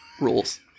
rules